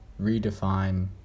redefine